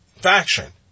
faction